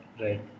right